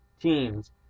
teams